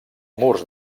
murs